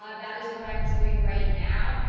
ah that is what i'm doing right now,